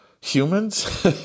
humans